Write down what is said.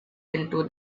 into